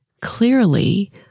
clearly